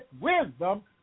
wisdom